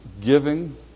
giving